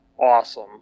awesome